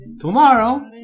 Tomorrow